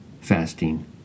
fasting